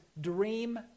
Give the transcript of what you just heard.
Dream